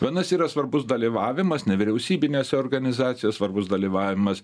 vienas yra svarbus dalyvavimas nevyriausybinėse organizacijos svarbus dalyvavimas